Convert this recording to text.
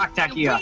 um tacky ah